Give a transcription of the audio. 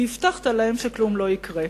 כי הבטחת להם שכלום לא יקרה.